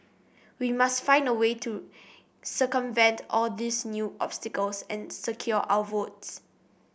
we must find a way to circumvent all these new obstacles and secure our votes